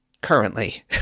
currently